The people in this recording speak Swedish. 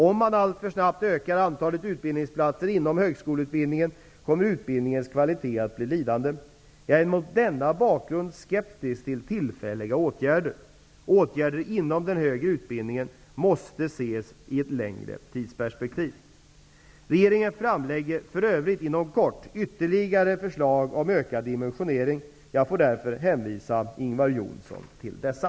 Om man alltför snabbt ökar antalet utbildningsplatser inom högskoleutbildningen kommer utbildningens kvalitet att bli lidande. Jag är mot denna bakgrund skeptisk till tillfälliga åtgärder. Åtgärder inom den högre utbildningens område måste ses i ett längre tidsperspektiv. Regeringen framlägger för övrigt inom kort ytterligare förslag om ökad dimensionering. Jag får därför hänvisa Ingvar Johnsson till dessa.